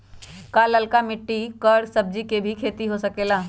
का लालका मिट्टी कर सब्जी के भी खेती हो सकेला?